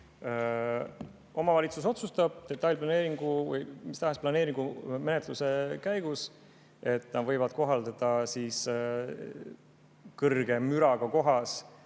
omavalitsus otsustab detailplaneeringu või mis tahes planeeringu menetluse käigus, et nad võivad kohaldada kõrge müraga kohas